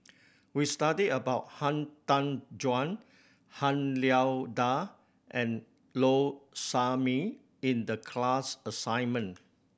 we studied about Han Tan Juan Han Lao Da and Low Sanmay in the class assignment